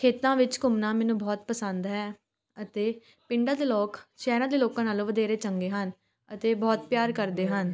ਖੇਤਾਂ ਵਿੱਚ ਘੁੰਮਣਾ ਮੈਨੂੰ ਬਹੁਤ ਪਸੰਦ ਹੈ ਅਤੇ ਪਿੰਡਾਂ ਦੇ ਲੋਕ ਸ਼ਹਿਰਾਂ ਦੇ ਲੋਕਾਂ ਨਾਲੋਂ ਵਧੇਰੇ ਚੰਗੇ ਹਨ ਅਤੇ ਬਹੁਤ ਪਿਆਰ ਕਰਦੇ ਹਨ